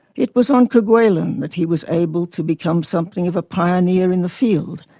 it was on kerguelen that he was able to become something of a pioneer in the field,